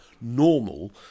normal